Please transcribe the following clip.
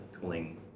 cooling